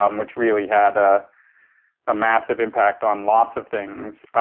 um which really had ah a massive impact on lots of things.